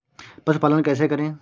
पशुपालन कैसे करें?